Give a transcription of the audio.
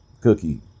Cookie